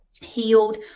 healed